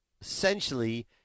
essentially